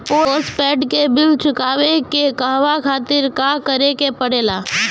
Postpaid के bill चुकावे के कहवा खातिर का करे के पड़ें ला?